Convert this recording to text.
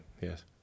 yes